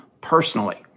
personally